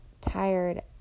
tired